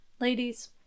Ladies